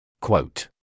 Quote